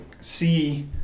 see